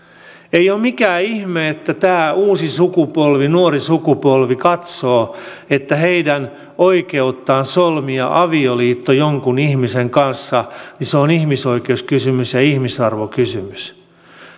ei ole mikään ihme että tämä uusi sukupolvi nuori sukupolvi katsoo että heidän oikeutensa solmia avioliitto jonkun ihmisen kanssa on ihmisoikeuskysymys ja ihmisarvokysymys